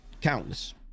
countless